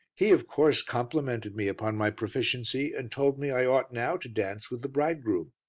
he, of course, complimented me upon my proficiency, and told me i ought now to dance with the bridegroom.